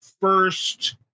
first